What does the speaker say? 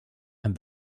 and